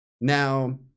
Now